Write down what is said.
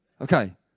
Okay